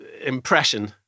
impression